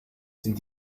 sind